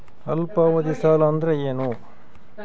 ಅಲ್ಪಾವಧಿ ಸಾಲ ಅಂದ್ರ ಏನು?